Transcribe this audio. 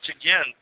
again